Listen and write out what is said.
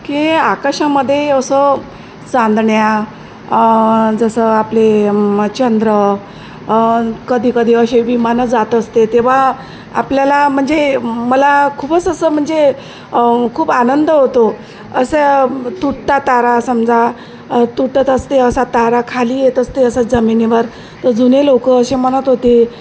की आकाशामध्ये असं चांदण्या जसं आपले य मं चंद्र कधी कधी असे विमानं जात असते तेव्हा आपल्याला म्हणजे मला खूपच असं म्हणजे खूप आनंद होतो असं तुटता तारा समजा तुटत असते असा तारा खाली येत असते असं जमिनीवर तर जुने लोकं असे म्हणत होते